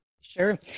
Sure